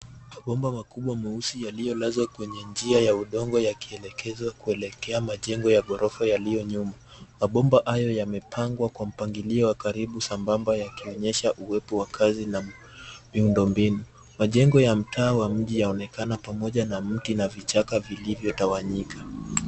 Mabomba makubwa mweusi yaliyolazwa kwenye njia ya udongo yakielekezwa kuelekea majengo ya ghorofa yaliyo nyuma. Mabomba hayo yamepangwa kwa mpangilio wa karibu sambamba, yakionyesha uwepo wa kazi na miundo mbinu. Majengo ya mtaa wa mji yanaonekana pamoja na mti na vichaka vilivyotawanyika.